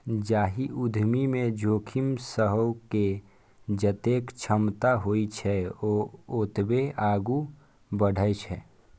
जाहि उद्यमी मे जोखिम सहै के जतेक क्षमता होइ छै, ओ ओतबे आगू बढ़ै छै